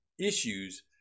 issues